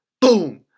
Boom